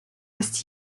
das